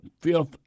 fifth